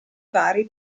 vari